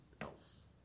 else